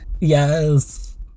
Yes